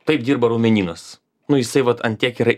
taip dirba raumenynas nu jisai vat ant tiek yra